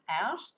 out